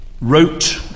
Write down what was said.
wrote